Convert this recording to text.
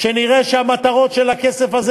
שנראה שהמטרות של הכסף הזה,